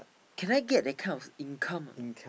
can I get that kind of income a not